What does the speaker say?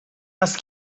است